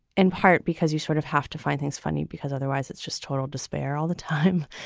in part because you sort of have to find things funny because otherwise it's just total despair all the time.